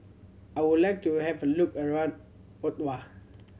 I would like to have look around Ottawa